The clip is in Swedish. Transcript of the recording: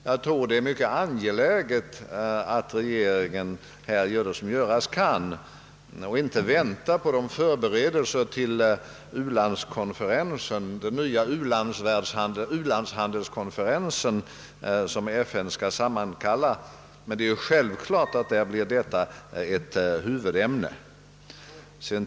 Jag tror det är mycket angeläget att regeringen här gör vad som göras kan och inte väntar på den u-landshandelskonferens som FN skall sammankalla och där detta självfallet blir ett av huvudämnena.